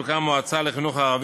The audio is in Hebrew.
תוקם מועצה לחינוך הערבי,